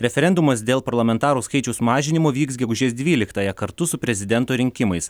referendumas dėl parlamentarų skaičiaus mažinimo vyks gegužės dvyliktąją kartu su prezidento rinkimais